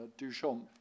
Duchamp